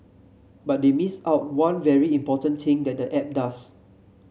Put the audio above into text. but they missed out one very important thing that the app does